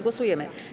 Głosujemy.